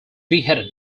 beheaded